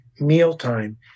mealtime